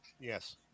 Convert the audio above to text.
Yes